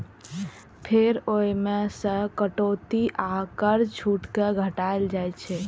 फेर ओइ मे सं कटौती आ कर छूट कें घटाएल जाइ छै